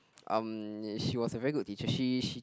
um she was a very good teacher she she